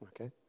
okay